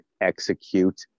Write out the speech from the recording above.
execute